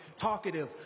talkative